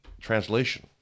translation